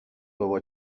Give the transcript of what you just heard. بابا